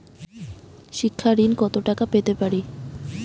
শিক্ষা ঋণ কত টাকা পেতে পারি?